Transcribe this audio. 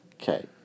Okay